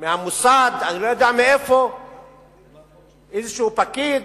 מהמוסד, אני לא יודע מאיפה, איזה פקיד